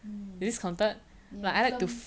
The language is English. mm ya film